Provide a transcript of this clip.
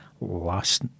last